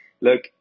look